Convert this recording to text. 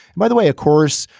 by the way. of course,